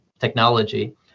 technology